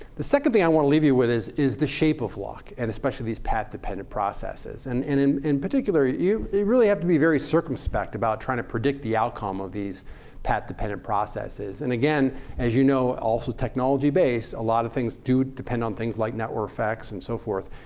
the second thing i want to leave you with is is the shape of luck, and especially these path dependent processes. and in in particular, you you really have to be very circumspect about trying to predict the outcome of these path dependent processes. and again as you know also technology based. a lot of things do depend on things like network facts, and so forth.